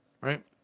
right